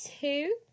two